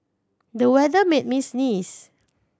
the weather made me sneeze